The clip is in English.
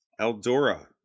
Eldora